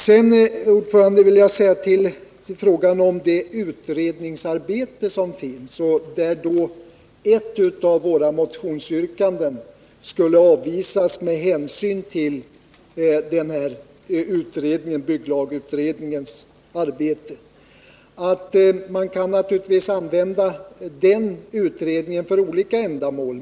Sedan, herr talman, vill jag i fråga om det utredningsarbete som gjorts och där ett av våra motionsyrkanden skulle ha avvisats med hänsyn till bygglagutredningens arbete säga att man naturligtvis kan använda utredningen för olika ändamål.